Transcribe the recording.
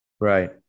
Right